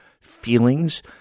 feelings